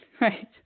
Right